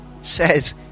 says